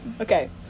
Okay